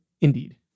Indeed